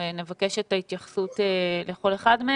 ונבקש את ההתייחסות לכל אחד מהם.